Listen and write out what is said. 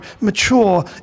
mature